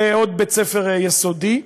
ועוד בית-ספר יסודי,